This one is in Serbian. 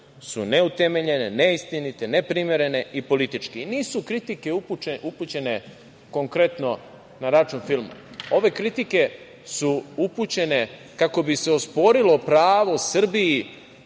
su neutemeljene, neistinite, neprimerene i političke. Kritike nisu upućene konkretno na račun filma. Ove kritike su upućene kako bi se osporilo pravo Srbiji